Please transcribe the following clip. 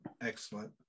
excellent